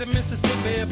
Mississippi